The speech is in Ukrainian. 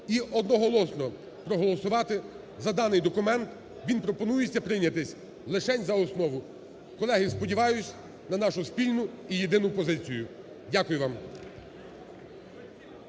і одноголосно проголосувати за даний документ, він пропонується прийнятися лишень за основу. Колеги, я сподіваюсь на нашу спільну і єдину позицію. Дякую вам.